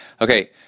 okay